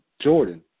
Jordan